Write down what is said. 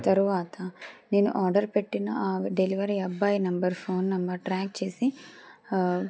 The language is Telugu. తరువాత నేను ఆర్డర్ పెట్టిన ఆ డెలివరీ అబ్బాయి నెంబర్ ఫోన్ నెంబర్ ట్రాక్ చేసి